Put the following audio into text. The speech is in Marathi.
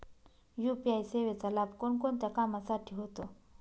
यू.पी.आय सेवेचा लाभ कोणकोणत्या कामासाठी होतो?